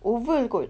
oval kot